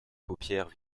paupières